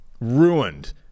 ruined